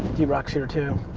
drock's here too.